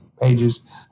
pages